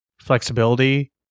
flexibility